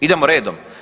Idemo redom.